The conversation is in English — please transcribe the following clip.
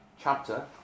chapter